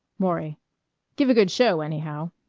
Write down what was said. maury give a good show anyhow.